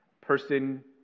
person